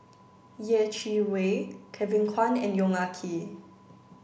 Yeh Chi Wei Kevin Kwan and Yong Ah Kee